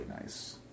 nice